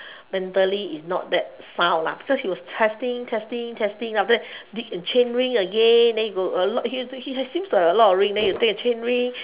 mentally he's not that sound lah cause he was testing testing testing then after that dig the chain ring again then he go a lot he he has seems to have a lot of ring then he will take the chain ring